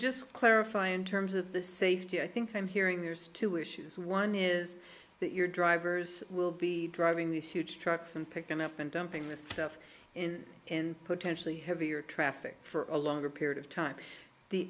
just clarify in terms of the safety i think i'm hearing there's two issues one is that your drivers will be driving these huge trucks and picking up and dumping this stuff in in potentially heavier traffic for a longer period of time the